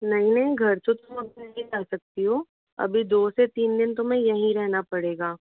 नहीं नहीं घर तो तुम अभी नहीं जा सकती हो अभी दो से तीन दिन तुम्हें यहीं रहना पड़ेगा